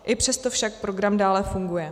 I přesto však program dále funguje.